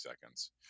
seconds